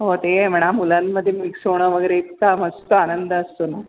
हो ते आहे म्हणा मुलांमध्ये मिक्स होणं वगैरे इतका मस्त आनंद असतो ना